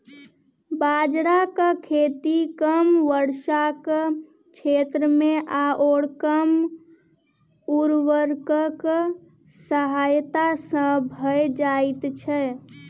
बाजराक खेती कम वर्षाक क्षेत्रमे आओर कम उर्वरकक सहायता सँ भए जाइत छै